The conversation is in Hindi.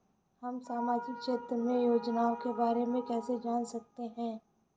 हम सामाजिक क्षेत्र की योजनाओं के बारे में कैसे जान सकते हैं?